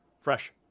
Fresh